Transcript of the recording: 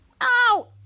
Ow